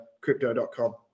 crypto.com